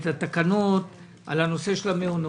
את התקנות לנושא המעונות.